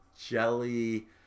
jelly